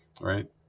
Right